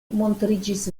montriĝis